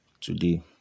today